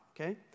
okay